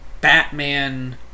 Batman